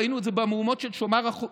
ראינו את זה במהומות של שומר החומות,